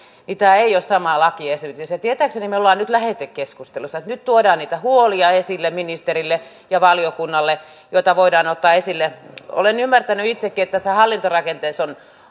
tämä ei ole sama lakiesitys tietääkseni me olemme nyt lähetekeskustelussa ja nyt tuodaan esille ministerille ja valiokunnalle niitä huolia joita voidaan ottaa esille olen ymmärtänyt itsekin että tässä hallintorakenteessa on